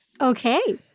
Okay